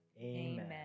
amen